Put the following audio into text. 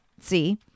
see